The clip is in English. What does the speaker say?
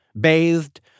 bathed